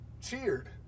cheered